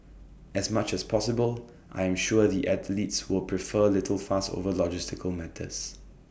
as much as possible I am sure the athletes will prefer little fuss over logistical matters